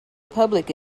public